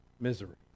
misery